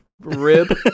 rib